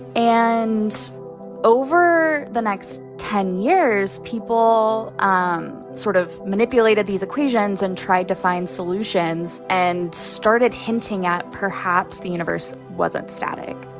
and over the next ten years, people um sort of manipulated these equations and tried to find solutions and started hinting at perhaps the universe wasn't static